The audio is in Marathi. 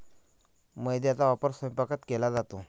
मैद्याचा वापर स्वयंपाकात केला जातो